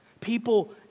People